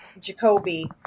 Jacoby